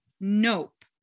nope